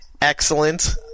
excellent